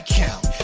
count